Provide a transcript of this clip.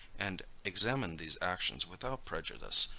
and examine these actions without prejudice,